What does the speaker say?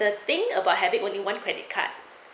the thing about having only one credit card